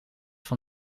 van